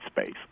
space